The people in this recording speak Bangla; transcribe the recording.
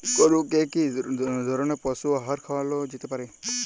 গরু কে কি ধরনের পশু আহার খাওয়ানো যেতে পারে?